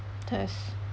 test